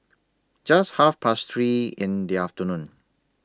Just Half Past three in The afternoon